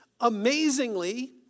amazingly